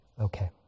Okay